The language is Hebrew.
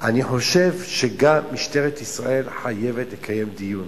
אני חושב שגם משטרת ישראל חייבת לקיים דיון